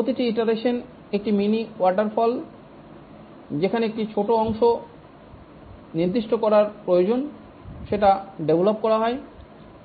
প্রতিটি ইটারেসন একটি mini waterfall যেখানে একটি ছোট অংশ নির্দিষ্ট করার প্রয়োজন সেটা ডেভলপ করা হয়